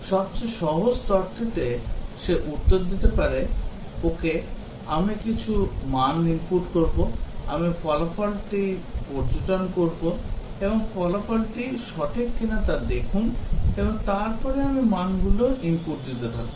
সবচেয়ে সহজ স্তরটিতে সে উত্তর দিতে পারে Okay আমি কিছু মান ইনপুট করব আমি ফলাফলটি পর্যবেক্ষণ করব এবং ফলাফলটি সঠিক কিনা তা দেখুন এবং তারপরে আমি মানগুলি ইনপুট দিতে থাকব